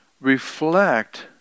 reflect